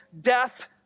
death